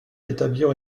d’établir